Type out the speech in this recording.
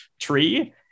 tree